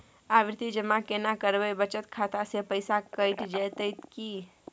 आवर्ति जमा केना करबे बचत खाता से पैसा कैट जेतै की?